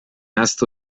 ahaztu